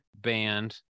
band